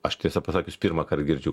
aš tiesą pasakius pirmąkart girdžiu